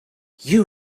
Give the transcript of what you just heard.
you